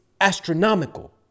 astronomical